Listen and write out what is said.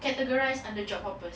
categorised under job hoppers